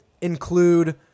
include